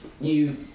you-